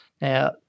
Now